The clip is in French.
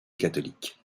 catholiques